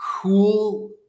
cool